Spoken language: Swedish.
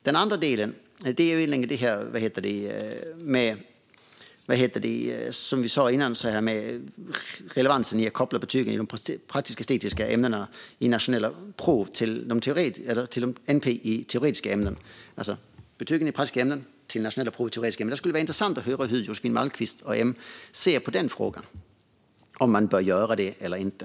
Den andra delen gäller relevansen i att koppla betygen i de praktisk-estetiska ämnena till nationella prov i teoretiska ämnen. Det skulle vara intressant att höra hur Josefin Malmqvist och Moderaterna ser på den frågan. Bör man göra det eller inte?